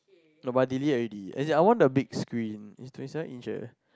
nobody already as in I like the big screen is Toshiba injure